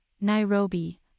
Nairobi